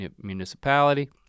municipality